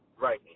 Right